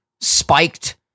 spiked